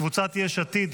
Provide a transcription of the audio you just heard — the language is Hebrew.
קבוצת סיעת יש עתיד,